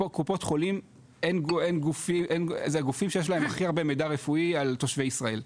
קופות חולים זה הגופים שיש להם הכי הרבה מידע רפואי על תושבי ישראל,